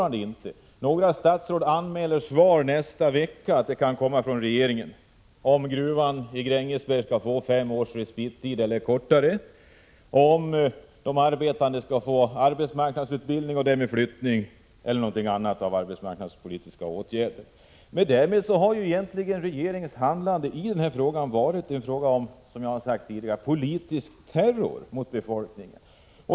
Några statsråd har anmält att det i nästa vecka kan komma svar från regeringen huruvida gruvan i Grängesberg skall få fem års respit eller kortare, om de arbetande skall få arbetsmarknadsutbildning och därmed flyttning eller om några andra arbetsmarknadspolitiska åtgärder skall vidtas. Därmed har regeringens handlande, som jag sagt tidigare, blivit en politisk terror mot befolkningen.